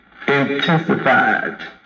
intensified